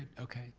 okay,